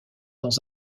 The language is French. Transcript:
dans